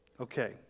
Okay